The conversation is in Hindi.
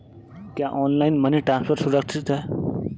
क्या ऑनलाइन मनी ट्रांसफर सुरक्षित है?